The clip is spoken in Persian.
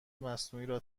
مصنوعی